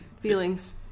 Feelings